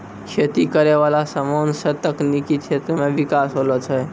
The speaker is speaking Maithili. खेती करै वाला समान से तकनीकी क्षेत्र मे बिकास होलो छै